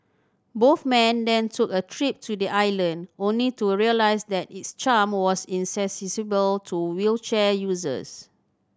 both men then took a trip to the island only to realise that its charm was inaccessible to wheelchair users